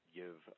give